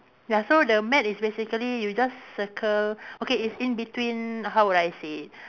ya so the mat is basically you just circle okay it's in between how would I say it